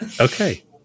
Okay